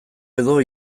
edo